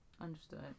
Understood